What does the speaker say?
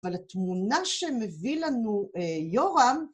אבל התמונה שמביא לנו יורם